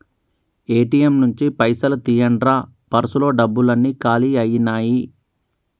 ATM నుంచి పైసలు తీయండ్రా పర్సులో డబ్బులన్నీ కాలి అయ్యినాయి